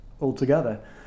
altogether